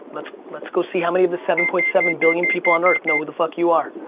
let's let's go see how many of the seven point seven billion people on earth know who the fuck you are?